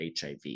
HIV